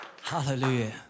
Hallelujah